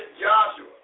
Joshua